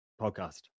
podcast